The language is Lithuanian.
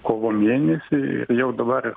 kovo mėnesį ir jau dabar